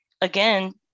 again